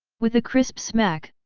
with a crisp smack,